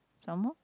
some more